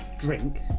drink